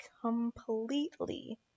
completely